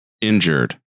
injured